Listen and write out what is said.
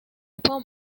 پام